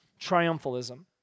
Triumphalism